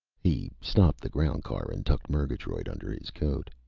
he stopped the ground car and tucked murgatroyd under his coat.